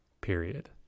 period